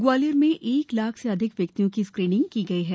ग्वालियर में एक लाख से अधिक व्यक्तियों की स्क्रीनिंग कराई गई है